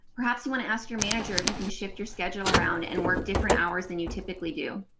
perhaps you want to ask your manager if you can shift your schedule around and work different hours than you typically do.